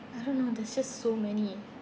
I don't know there's just so many